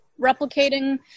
replicating